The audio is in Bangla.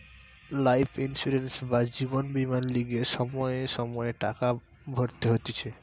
লাইফ ইন্সুরেন্স বা জীবন বীমার লিগে সময়ে সময়ে টাকা ভরতে হতিছে